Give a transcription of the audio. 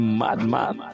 madman